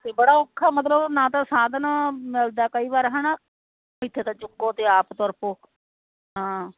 ਅਤੇ ਬੜਾ ਔਖਾ ਮਤਲਬ ਨਾ ਤਾਂ ਸਾਧਨ ਮਿਲਦਾ ਕਈ ਵਾਰ ਹੈ ਨਾ ਇੱਥੇ ਤਾਂ ਚੁੱਕੋ ਅਤੇ ਆਪ ਤੂਰ ਪੋ ਹਾਂ